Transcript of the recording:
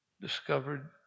discovered